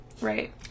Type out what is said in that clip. right